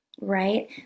right